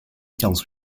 kans